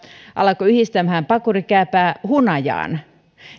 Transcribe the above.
alkoi yhdistämään pakurikääpää hunajaan